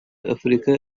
afurika